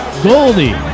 Goldie